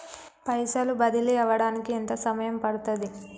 పైసలు బదిలీ అవడానికి ఎంత సమయం పడుతది?